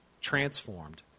transformed